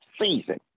season